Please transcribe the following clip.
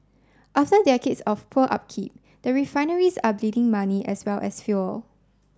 after decades of poor upkeep the refineries are bleeding money as well as fuel